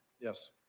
Yes